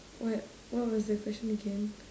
what what was the question again